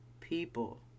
people